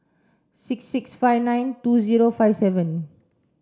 six six five nine two zero five seven